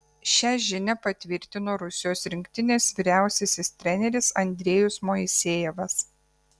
šią žinią patvirtino rusijos rinktinės vyriausiasis treneris andrejus moisejevas